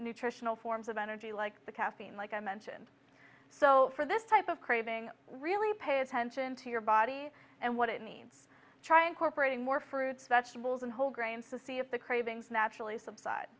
nutritional forms of energy like the caffeine like i mentioned so for this type of craving really pay attention to your body and what it needs trying corporator more fruits vegetables and whole grains to see if the cravings naturally subside